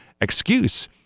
excuse